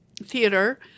theater